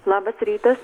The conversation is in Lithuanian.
labas rytas